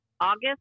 August